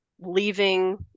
leaving